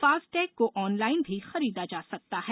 FASTag को online भी खरीदा जा सकता है